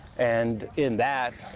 and in that,